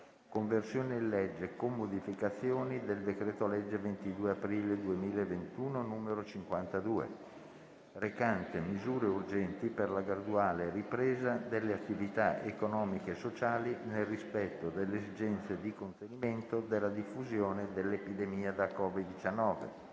«Conversione in legge, con modificazioni, del decreto-legge 22 aprile 2021, n. 52, recante misure urgenti per la graduale ripresa delle attività economiche e sociali, nel rispetto delle esigenze di contenimento della diffusione dell'epidemia da Covid-19»